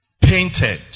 painted